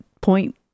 point